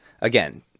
again